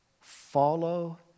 Follow